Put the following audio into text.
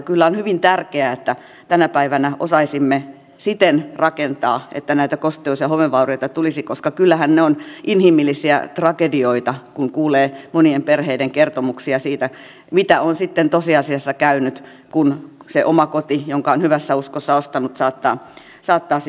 kyllä on hyvin tärkeää että tänä päivänä osaisimme rakentaa siten että näitä kosteus ja homevaurioita ei tulisi koska kyllähän ne ovat inhimillisiä tragedioita kun kuulee monien perheiden kertomuksia siitä mitä on tosiasiassa käynyt kun se oma koti jonka on hyvässä uskossa ostanut saattaa sitten olla homevaurioinen